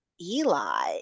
Eli